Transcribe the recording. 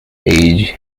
age